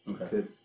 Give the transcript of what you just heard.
Okay